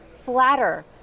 flatter